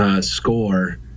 score